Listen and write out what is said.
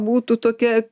būtų tokia